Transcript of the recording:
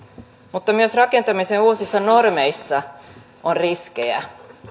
mutta myös rakentamisen uusissa normeissa on riskejä